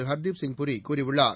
ஹர்தீப் சிங் பூரி கூறியுள்ளார்